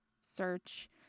search